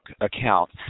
account